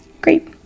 Great